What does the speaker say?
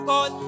God